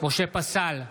משה פסל,